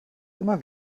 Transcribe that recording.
immer